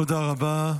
תודה רבה.